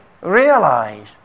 realize